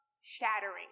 shattering